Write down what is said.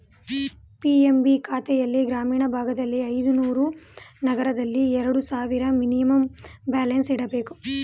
PMB ಖಾತೆಲ್ಲಿ ಗ್ರಾಮೀಣ ಭಾಗದಲ್ಲಿ ಐದುನೂರು, ನಗರದಲ್ಲಿ ಎರಡು ಸಾವಿರ ಮಿನಿಮಮ್ ಬ್ಯಾಲೆನ್ಸ್ ಇಡಬೇಕು